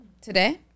today